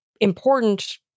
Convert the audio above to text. important